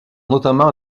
notamment